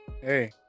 hey